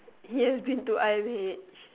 yes been to i_m_h